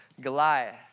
Goliath